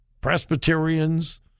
Presbyterians